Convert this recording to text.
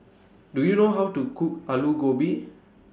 Do YOU know How to Cook Aloo Gobi